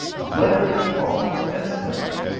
let her be called instantly.